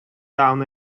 down